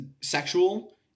sexual